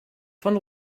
von